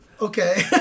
Okay